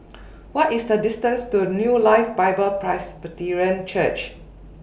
What IS The distance to New Life Bible Presbyterian Church